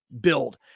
build